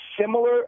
similar